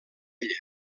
ella